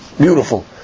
beautiful